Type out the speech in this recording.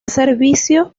servicio